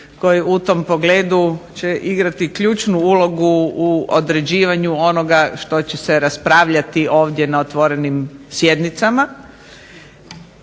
koji u tom pogledu će igrati ključnu ulogu u određivanju onoga što će se raspravljati ovdje na otvorenim sjednicama